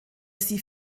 sie